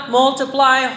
multiply